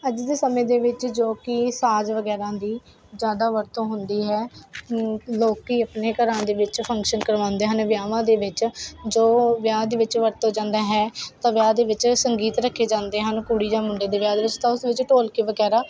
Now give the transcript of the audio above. ਅੱਜ ਦੇ ਸਮੇਂ ਦੇ ਵਿੱਚ ਜੋ ਕਿ ਸਾਜ਼ ਵਗੈਰਾ ਦੀ ਜ਼ਿਆਦਾ ਵਰਤੋਂ ਹੁੰਦੀ ਹੈ ਲੋਕ ਆਪਣੇ ਘਰਾਂ ਦੇ ਵਿੱਚ ਫੰਕਸ਼ਨ ਕਰਵਾਉਂਦੇ ਹਨ ਵਿਆਹਾਂ ਦੇ ਵਿੱਚ ਜੋ ਵਿਆਹ ਦੇ ਵਿੱਚ ਵਰਤੋਂ ਜਾਂਦਾ ਹੈ ਤਾਂ ਵਿਆਹ ਦੇ ਵਿੱਚ ਸੰਗੀਤ ਰੱਖੇ ਜਾਂਦੇ ਹਨ ਕੁੜੀ ਜਾਂ ਮੁੰਡੇ ਦੇ ਵਿਆਹ ਦੇ ਵਿੱਚ ਤਾਂ ਉਸ ਵਿੱਚ ਢੋਲਕੀ ਵਗੈਰਾ